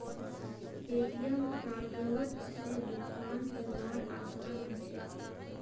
ATM कार्डओत से भुगतान करवार आसान ह छेक